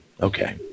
Okay